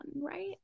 Right